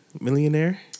Millionaire